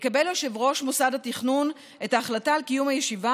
יקבל יושב-ראש מוסד התכנון את ההחלטה על קיום הישיבה